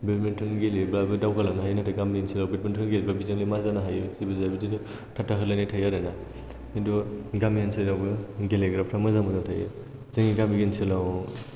badminton गेलेयोब्लाबो दावगा लांनो हायो नाथाय गामि ओनसोलाव बेडमिन्टन गेलेब्ला बेजोंलाय मा जानो हायो जेबो जाया बिदि थाट्टा होलायनाय थायो आरोना किन्तु गामि ओनसोलावबो गेलेग्राफोरा मोजां मोजां थायो जोंनि गामि ओनसोलाव